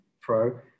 pro